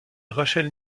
rachel